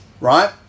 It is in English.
right